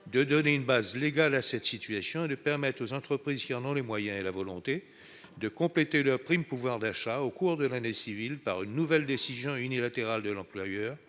de donner une base légale à cette situation et de permettre aux entreprises qui en ont les moyens et la volonté de compléter leur prime de pouvoir d'achat au cours de l'année civile par une nouvelle décision unilatérale de l'employeur